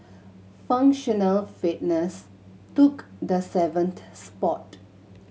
functional fitness took the seventh spot